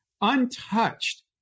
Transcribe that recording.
untouched